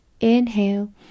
inhale